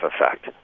effect